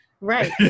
Right